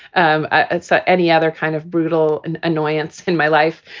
um ah so any other kind of brutal and annoyance in my life.